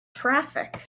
traffic